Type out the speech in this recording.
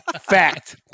fact